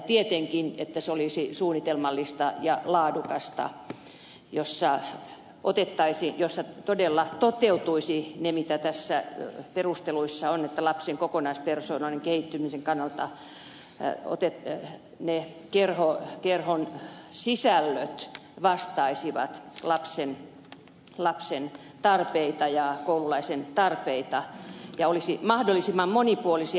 tietenkin sen tulisi olla suunnitelmallista ja laadukasta jolloin todella toteutuisi se mitä näissä perusteluissa on että lapsen kokonaispersoonan kehittymisen kannalta kerhon sisällöt vastaisivat lapsen ja koululaisen tarpeita ja olisivat mahdollisimman monipuolisia